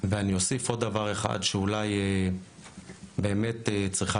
אני אוסיף עוד דבר אחד שאולי באמת צריכה